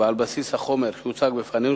ועל בסיס החומר שהוצג בפנינו,